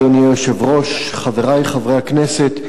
אדוני היושב-ראש, חברי חברי הכנסת,